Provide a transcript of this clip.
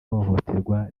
hohoterwa